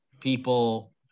people